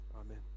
Amen